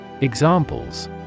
Examples